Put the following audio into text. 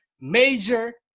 Major